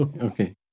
Okay